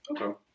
Okay